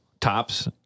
tops